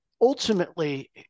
ultimately